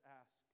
ask